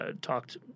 talked